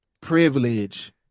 privilege